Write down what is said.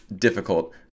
difficult